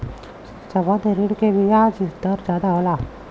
संबंद्ध ऋण के बियाज दर जादा होला